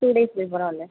two days பிஃபோரா வந்தேன்